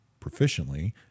proficiently